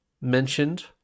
mentioned